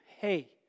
hey